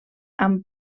amb